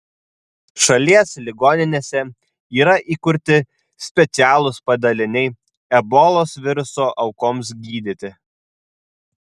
šalies ligoninėse yra įkurti specialūs padaliniai ebolos viruso aukoms gydyti